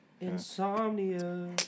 Insomnia